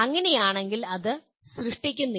അങ്ങനെയാണെങ്കിൽ അത് സൃഷ്ടിക്കപ്പെടുന്നില്ല